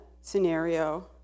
scenario